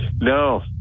No